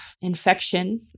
infection